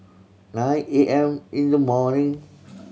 nine A M in the morning